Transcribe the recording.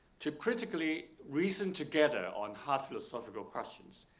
to critically reason together on hard philosophical questions.